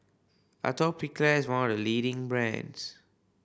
atopiclair is one of the leading brands